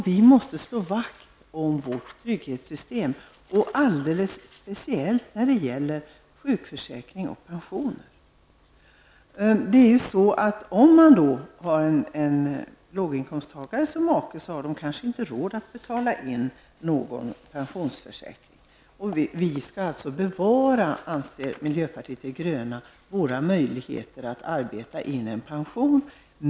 Vi måste slå vakt om vårt trygghetssystem, och alldeles speciellt när det gäller sjukförsäkring och pensioner. Om man i något av de nämnda länderna har en låginkomsttagare som make, har man kanske inte råd att betala för någon pensionsförsäkring. Miljöpartiet de gröna anser alltså att vi skall bevara våra möjligheter att arbeta in en pension.